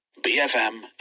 BFM